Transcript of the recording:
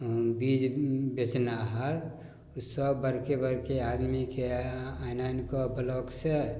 अऽ बीज बेचनिहार ओसभ बड़के बड़के आदमीके आनि आनिकऽ ब्लॉक से